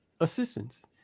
assistance